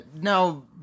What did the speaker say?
Now